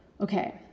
okay